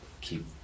keep